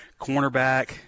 Cornerback